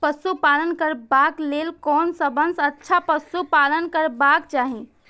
पशु पालन करबाक लेल कोन सबसँ अच्छा पशु पालन करबाक चाही?